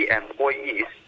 employees